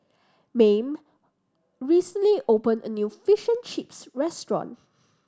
Mayme recently opened a new fish and chips restaurant